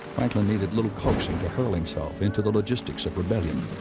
franklin needed little coaxing to hurl himself into the logistics of rebellion.